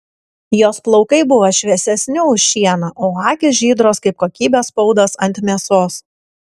jos plaukai buvo šviesesni už šieną o akys žydros kaip kokybės spaudas ant mėsos